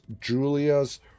Julia's